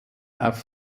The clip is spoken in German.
auf